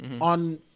on